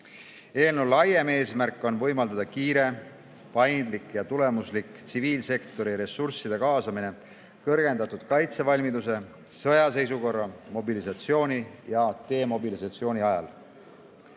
laiem eesmärk on võimaldada kiire, paindlik ja tulemuslik tsiviilsektori ressursside kaasamine kõrgendatud kaitsevalmiduse, sõjaseisukorra, mobilisatsiooni ja demobilisatsiooni ajal.